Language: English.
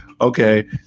Okay